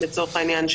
לצורך העניין,